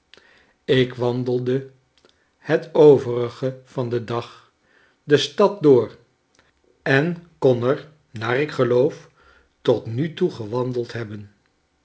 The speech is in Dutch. ik wandelde het overige van den dag de stad door en kon er naar ik geloof tot nu toe gewandeld hebben